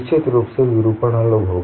निश्चित रूप से विरूपण अलग होगा